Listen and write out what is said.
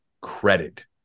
credit